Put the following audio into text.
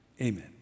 amen